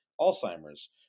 alzheimer's